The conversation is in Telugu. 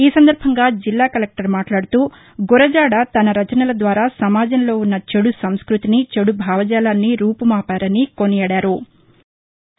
ఈ సందర్భంగా జిల్లా కలెక్లర్ మాట్లాదుతూ గురజాద తన రచనల ద్వారా సమాజంలో ఉన్న చెదు సంస్కృతిని చెడు భావజాలాన్ని రూపుమాపారని కొనియాడారు